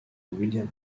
william